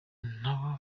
nabo